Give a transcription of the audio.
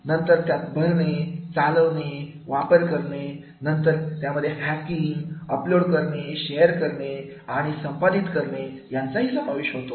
यानंतर भरणे चालवणे वापर करणे नंतर हॅकिंग अपलोड करणे शेअर करणे आणि संपादित करणे यांचा समावेश होतो